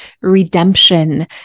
redemption